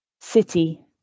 city